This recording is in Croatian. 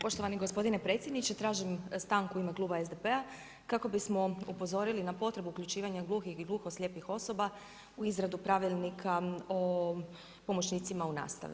Poštovani gospodine predsjedniče, tražim stanku u ime kluba SDP-a kako bismo upozorili na potrebu uključivanja gluhih i gluho slijepih osoba u izradu pravilnika o pomoćnicima u nastavi.